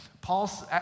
Paul's